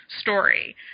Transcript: story